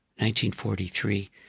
1943